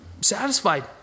satisfied